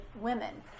women